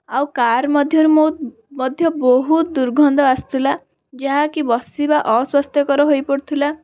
ଆଉ କାର୍ ମଧ୍ୟରୁ ମଧ୍ୟ ବହୁତ ଦୁର୍ଗନ୍ଧ ଆସୁଥିଲା ଯାହାକି ବସିବା ଅସ୍ଵାସ୍ଥ୍ୟକର ହୋଇପଡ଼ୁଥିଲା